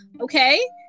okay